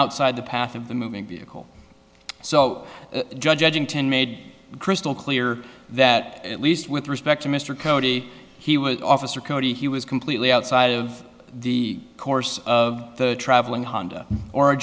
outside the path of the moving vehicle so judge edgington made crystal clear that at least with respect to mr cody he was officer cody he was completely outside of the course of the traveling honda or a